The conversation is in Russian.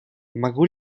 могу